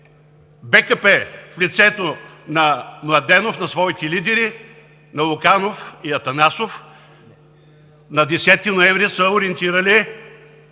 БКП в лицето на Младенов, на своите лидери – на Луканов и Атанасов, на 10 ноември са ориентирали